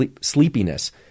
sleepiness